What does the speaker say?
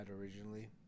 originally